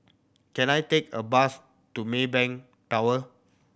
can I take a bus to Maybank Tower